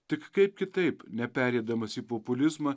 tik kaip kitaip nepereidamas į populizmą